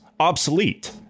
Obsolete